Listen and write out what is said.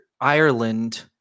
Ireland